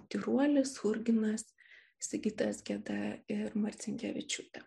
tyruolis churginas sigitas geda ir marcinkevičiūtė